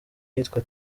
iyitwa